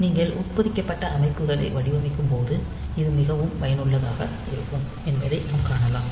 நீங்கள் உட்பொதிக்கப்பட்ட அமைப்புகளை வடிவமைக்கும்போது இது மிகவும் பயனுள்ளதாக இருக்கும் என்பதை நாம் காணலாம்